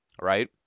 Right